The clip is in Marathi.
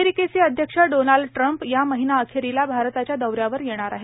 अमेरिकेचे अध्यक्ष डोनाल्ड ट्रम्प या महिनाअखेरीला भारताच्या दौ यावर येणार आहेत